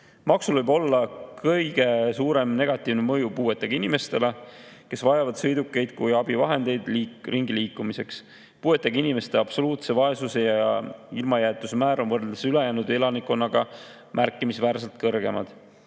Maksul on võib-olla kõige suurem negatiivne mõju puuetega inimestele, kes vajavad sõidukeid kui abivahendeid ringiliikumiseks. Puuetega inimeste absoluutse vaesuse ja ilmajäetuse määr on võrreldes ülejäänud elanikkonnaga märkimisväärselt kõrgem.